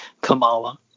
Kamala